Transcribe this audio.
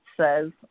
says